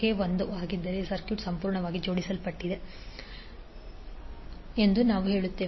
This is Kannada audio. k 1 ಆಗಿದ್ದರೆ ಸರ್ಕ್ಯೂಟ್ ಸಂಪೂರ್ಣವಾಗಿ ಜೋಡಿಸಲ್ಪಟ್ಟಿದೆ ಎಂದು ನಾವು ಹೇಳುತ್ತೇವೆ